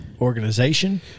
organization